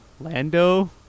Lando